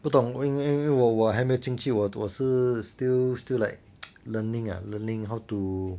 不懂我因为因为因为我还没有进去我是 still still like learning ah learning how to